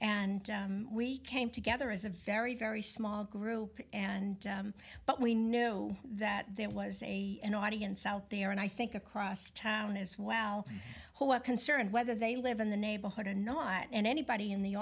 and we came together as a very very small group and but we know that there was an audience out there and i think across town as well who are concerned whether they live in the neighborhood or not and anybody in the